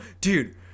dude